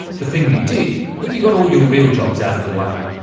the thing you did when you got all your real jobs out of the way.